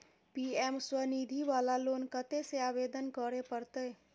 PM Svanidhi वाला loan कत्ते से आवेदन करे परतै?